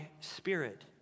Spirit